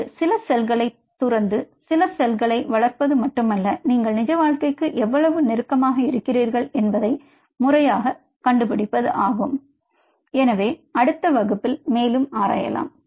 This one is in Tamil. இது சில செல்களை துறந்து சில செல்களை வளர்ப்பது மட்டுமல்ல நீங்கள் நிஜ வாழ்க்கைக்கு எவ்வளவு நெருக்கமாக இருக்கிறீர்கள் என்பதை முறையாகக் கண்டுபிடிப்பதாகும்